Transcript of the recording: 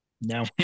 no